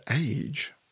age